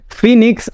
Phoenix